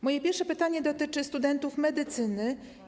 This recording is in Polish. Moje pierwsze pytanie dotyczy studentów medycyny.